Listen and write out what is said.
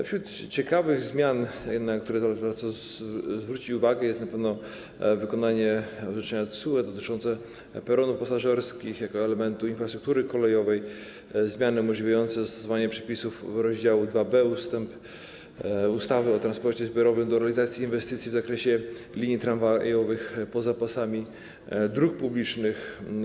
Wśród ciekawych zmian, na które warto zwrócić uwagę, są na pewno zmiany dotyczące wykonania orzeczenia TSUE dotyczącego peronów pasażerskich jako elementu infrastruktury kolejowej oraz zmiany umożliwiające zastosowanie przepisów rozdziału 2b ustawy o transporcie zbiorowym do realizacji inwestycji w zakresie linii tramwajowych poza pasami dróg publicznych.